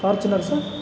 Fortuner sir